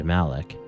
Malik